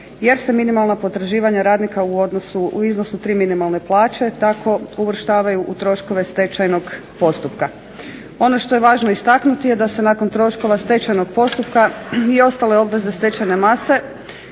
jer se minimalna potraživanja radnika u iznosu 3 minimalne plaće tako uvrštavaju u troškove stečajnog postupka. Ono što je važno istaknuti je da se nakon troškova stečajnog postupka i ostale obveze stečajne mase